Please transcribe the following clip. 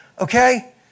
Okay